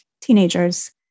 teenagers